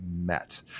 met